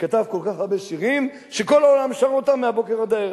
וכתב כל כך הרבה שירים שכל העולם שר אותם מהבוקר עד הערב.